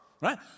right